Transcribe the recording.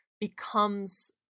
becomes